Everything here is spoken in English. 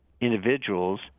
individuals